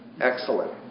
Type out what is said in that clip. Excellent